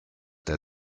der